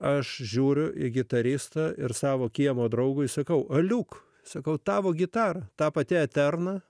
aš žiūriu į gitaristą ir savo kiemo draugui sakau aliuk sakau tavo gitara ta pati tarną